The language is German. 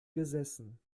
gesessen